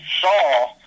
saw